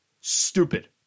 Stupid